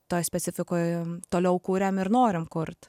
toj specifikoj toliau kuriam ir norim kurt